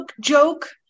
joke